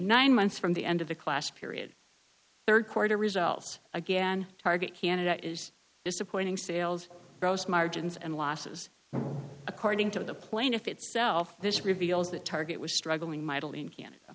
nine months from the end of the class period rd quarter results again target canada is disappointing sales gross margins and losses according to the plaintiff itself this reveals that target was struggling mightily in canada